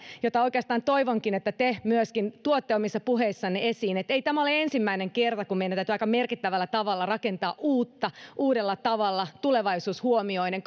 jota oikeastaan toivonkin että te myöskin tuotte omissa puheissanne esiin ei tämä ole ensimmäinen kerta kun meidän täytyy aika merkittävällä tavalla rakentaa uutta uudella tavalla tulevaisuus huomioiden